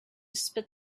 spit